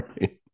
Right